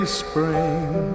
spring